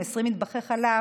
20 מטבחי חלב,